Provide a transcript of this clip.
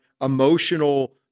emotional